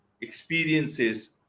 experiences